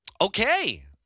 Okay